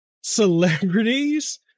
celebrities